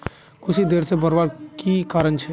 कुशी देर से बढ़वार की कारण छे?